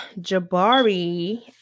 Jabari